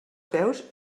peus